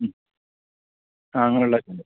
അങ്ങനെയുള്ളതൊക്കെയുണ്ട്